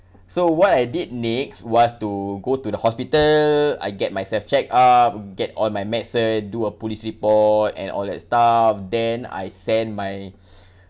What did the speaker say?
so what I did next was to go to the hospital I get myself checked up get all my medicine do a police report and all that stuff then I send my